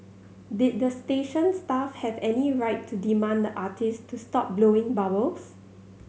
did the station staff have any right to demand the artist to stop blowing bubbles